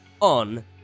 on